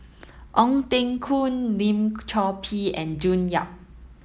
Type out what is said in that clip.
Ong Teng Koon Lim Chor Pee and June Yap